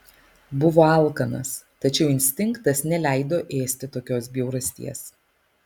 buvo alkanas tačiau instinktas neleido ėsti tokios bjaurasties